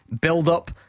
build-up